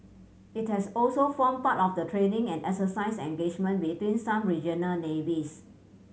it has also formed part of the training and exercise engagement between some regional navies